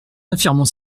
affirmons